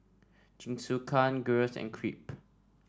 Jingisukan Gyros and Crepe